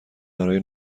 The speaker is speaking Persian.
برای